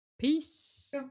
peace